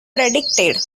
predicted